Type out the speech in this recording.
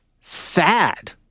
sad